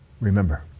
remember